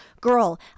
Girl